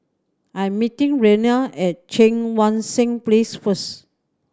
I'm meeting Raynard at Cheang Wan Seng Place first